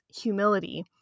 humility